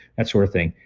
that sort of thing.